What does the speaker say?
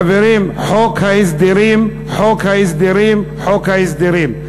חברים, חוק ההסדרים, חוק ההסדרים, חוק ההסדרים.